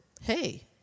hey